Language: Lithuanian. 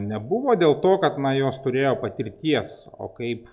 nebuvo dėl to kad na jos turėjo patirties o kaip